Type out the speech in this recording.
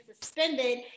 suspended